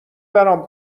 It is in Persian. برام